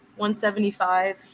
175